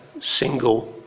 single